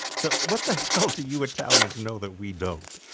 so what the hell do you italians know that we don't?